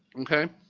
okay?